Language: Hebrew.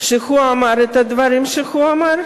שהוא אמר את הדברים שהוא אמר,